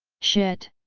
shit!